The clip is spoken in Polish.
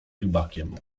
rybakiem